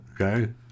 Okay